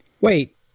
Wait